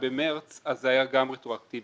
במרס, זה היה גם רטרואקטיבי.